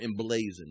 emblazoned